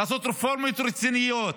לעשות רפורמות רציניות,